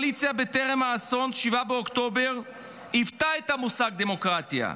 בטרם אסון 7 באוקטובר הקואליציה עיוותה את המושג דמוקרטיה.